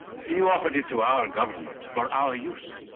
you offered it to our government for our use.